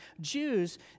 Jews